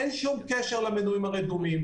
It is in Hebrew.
אין שום קשר למנויים הרדומים.